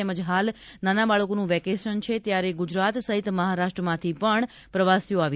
તેમજ હાલ નાના બાળકોનું વેકેશન છે ત્યારે ગુજરાત સહિત મહારાષ્ટ્રમાંથી પણ પ્રવાસીઓ આવી રહ્યા છે